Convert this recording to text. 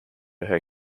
her